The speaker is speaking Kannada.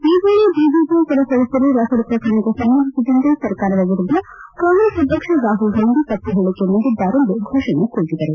ಈ ವೇಳೆ ಬಿಜೆಪಿಯ ಕೆಲ ಸದಸ್ಟರು ರಫೇಲ್ ಪ್ರಕರಣಕ್ಕೆ ಸಂಬಂಧಿಸಿದಂತೆ ಸರ್ಕಾರದ ವಿರುದ್ದ ಕಾಂಗ್ರೆಸ್ ಅಧ್ಯಕ್ಷ ರಾಹುಲ್ಗಾಂಧಿ ತಮ್ಪ ಹೇಳಿಕೆ ನೀಡಿದ್ದಾರೆ ಎಂದು ಘೋಷಣೆ ಕೂಗಿದರು